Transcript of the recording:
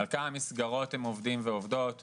על כמה מסגרות הן עובדים ועובדות בהן,